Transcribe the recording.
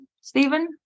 Stephen